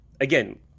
again